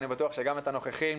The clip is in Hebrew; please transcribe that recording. אני בטוח שגם את הנוכחים,